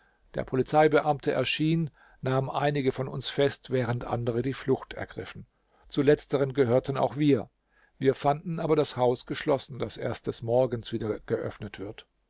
der polizeibeamte erschien nahm einige von uns fest während andere die flucht ergriffen zu letzteren gehörten auch wir fanden aber das haus geschlossen das erst des morgens wieder geöffnet wird